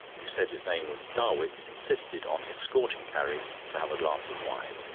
who said his name was darwitts, insisted on escorting carrie to have a glass of wine,